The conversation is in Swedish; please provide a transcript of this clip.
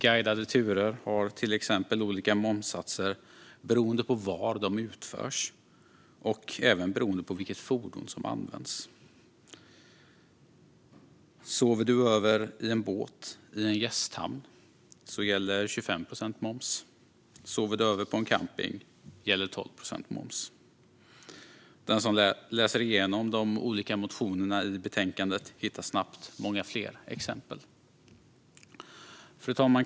Till exempel har guidade turer olika momssatser beroende på var de utförs och även beroende på vilket fordon som används. Sover man över i en båt i en gästhamn gäller 25 procents moms. Sover man över på en camping gäller 12 procents moms. Den som läser igenom de olika motionerna i betänkandet hittar snabbt många fler exempel. Fru talman!